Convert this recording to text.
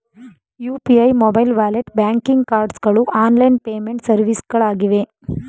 UPI, mobile wallet, banking cards ಗಳು online payment ಸರ್ವಿಸ್ಗಳಾಗಿವೆ